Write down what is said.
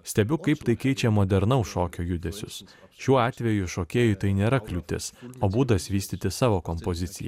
stebiu kaip tai keičia modernaus šokio judesius šiuo atveju šokėjui tai nėra kliūtis o būdas vystyti savo kompoziciją